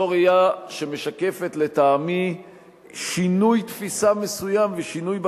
זו ראייה שמשקפת לטעמי שינוי תפיסה מסוים ושינוי,